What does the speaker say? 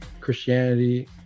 Christianity